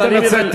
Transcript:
אז אני מוותר.